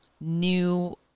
new